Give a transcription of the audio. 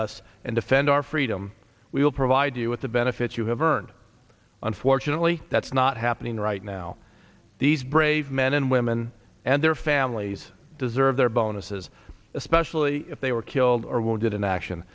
us and defend our freedom we will provide you with the benefits you have earned unfortunately that's not happening right now these brave men and women and their families deserve their bonuses especially if they were killed or wounded in action